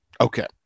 Okay